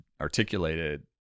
articulated